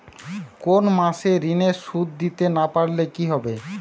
কোন মাস এ ঋণের সুধ দিতে না পারলে কি হবে?